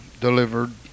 Delivered